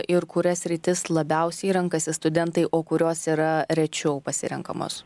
ir kurias sritis labiausiai renkasi studentai o kurios yra rečiau pasirenkamos